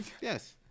Yes